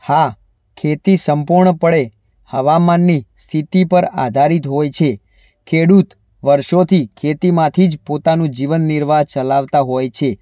હા ખેતી સંપૂર્ણપણે હવામાનની સ્થિતિ પર આધારિત હોય છે ખેડૂત વર્ષોથી ખેતીમાંથી જ પોતાનું જીવન નિર્વાહ ચલાવતા હોય છે